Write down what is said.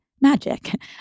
magic